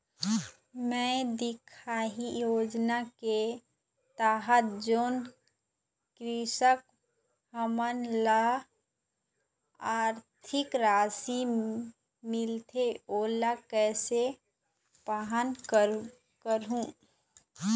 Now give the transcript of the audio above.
मैं दिखाही योजना के तहत जोन कृषक हमन ला आरथिक राशि मिलथे ओला कैसे पाहां करूं?